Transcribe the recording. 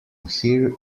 here